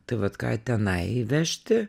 tai vat ką tenai vežti